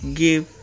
give